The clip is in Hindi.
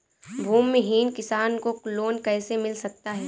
भूमिहीन किसान को लोन कैसे मिल सकता है?